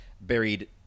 buried